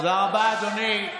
תודה רבה, אדוני.